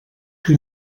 que